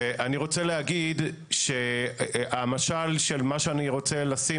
ואני רוצה להגיד שהמשל של מה שאני רוצה לשים,